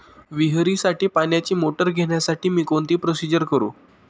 विहिरीसाठी पाण्याची मोटर घेण्यासाठी मी कोणती प्रोसिजर करु?